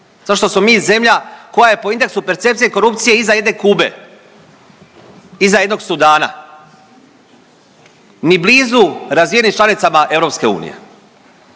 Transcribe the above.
što smo mi zemlja koja je po indeksu percepcije korupcije iza jedne Kube, iza jednog Sudana, ni blizu razvijenim članicama EU.